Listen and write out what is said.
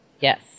yes